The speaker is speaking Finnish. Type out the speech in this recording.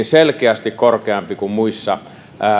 selkeästi korkeampi kuin muissa